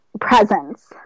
presence